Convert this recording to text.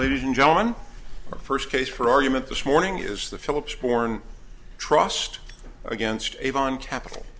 ladies and gentlemen the first case for argument this morning is the philips born trust against avon capital